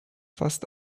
fast